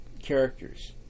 characters